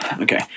Okay